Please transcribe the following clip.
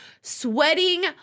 sweating